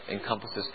encompasses